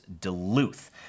Duluth